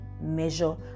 measure